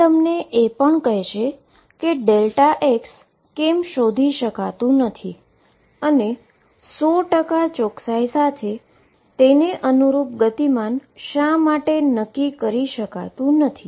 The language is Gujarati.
આ તમને એ પણ કહેશે કે x કેમ શોધી શકાતુ નથી અને 100 ચોકસાઈ સાથે તેને અનુરૂપ મોમેન્ટમ શા માટે નક્કી કરી શકતું નથી